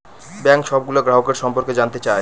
bank সবগুলো গ্রাহকের সম্পর্কে জানতে চায়